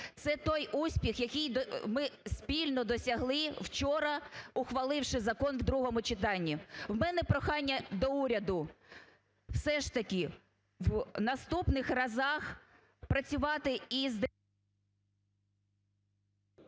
це той успіх, який ми спільно досягли вчора, ухваливши закон у другому читанні. У мене прохання до уряду, все ж таки в наступних разах працювати із…